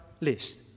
list